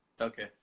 Okay